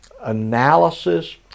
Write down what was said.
analysis